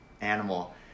animal